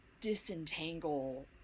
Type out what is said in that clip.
Disentangle